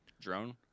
drone